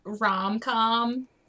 rom-com